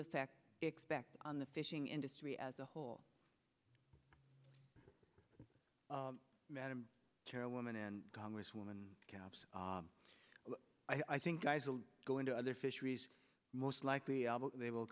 affect expect on the fishing industry as a whole madam chairwoman and congresswoman cabs i think guys will go into other fisheries most likely they will